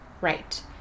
right